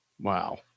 Wow